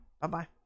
Bye-bye